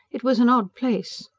it was an odd place.